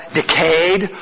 decayed